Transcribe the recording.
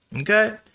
Okay